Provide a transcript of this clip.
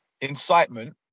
incitement